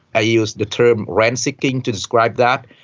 i use the term rent-seeking to describe that,